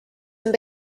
and